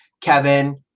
Kevin